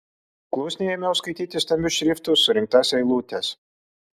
klusniai ėmiau skaityti stambiu šriftu surinktas eilutes